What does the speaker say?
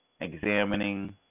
examining